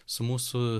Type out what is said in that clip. su mūsų